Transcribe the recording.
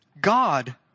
God